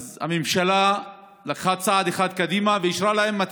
אז הממשלה לקחה צעד אחד קדימה ואישרה להם 200